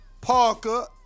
Parker